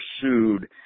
pursued